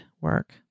work